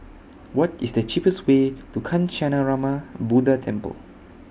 What IS The cheapest Way to Kancanarama Buddha Temple